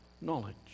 knowledge